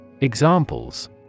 Examples